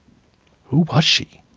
who was she?